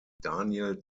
daniel